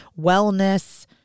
wellness